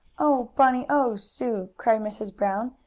oh, bunny! oh, sue! cried mrs. brown,